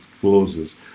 closes